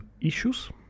issues